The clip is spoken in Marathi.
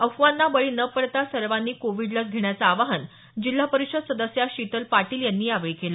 अफवांना बळी न पडता सर्वांनी कोविड लस घेण्याचं आवाहन जिल्हा परिषद सदस्या शीतल पाटील यांनी यावेळी केलं